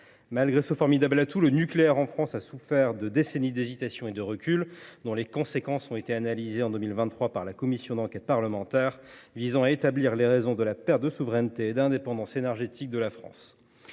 Malgré ce formidable atout, le nucléaire en France a souffert de décennies d’hésitations et de reculs dont les conséquences ont été analysées en 2023 par la commission d’enquête parlementaire visant à établir les raisons de la perte de souveraineté et d’indépendance énergétique de la France.